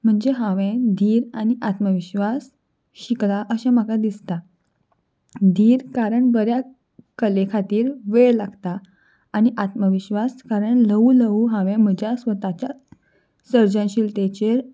म्हणजे हांवें धीर आनी आत्मविश्वास शिकलां अशें म्हाका दिसता धीर कारण बऱ्या कले खातीर वेळ लागता आनी आत्मविश्वास कारण ल्हवू ल्हवू हांवें म्हज्या स्वताच्या सर्जनशिलतेचेर